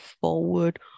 forward